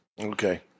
Okay